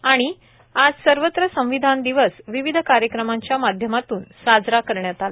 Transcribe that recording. आणि आज सर्वत्र संविधान दिवस विविध कार्यक्रमांच्या माध्यमातून साजरा करण्यात आला